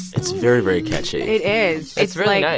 it's very, very catchy it is it's really